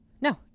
No